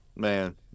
man